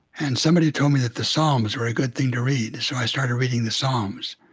and somebody told me that the psalms were a good thing to read, so i started reading the psalms.